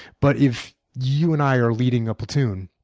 but if you and i are leading a platoon,